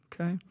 okay